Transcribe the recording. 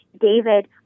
David